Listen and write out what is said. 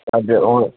வந்து ஒங்களு